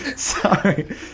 Sorry